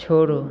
छोड़ो